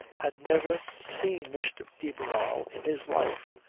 had never seen mr. de barral, in his life,